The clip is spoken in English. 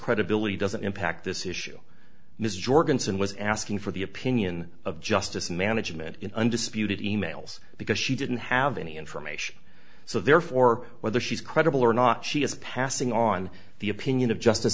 credibility doesn't impact this issue mr jorgensen was asking for the opinion of justice management in undisputed e mails because she didn't have any information so therefore whether she's credible or not she is passing on the opinion of justice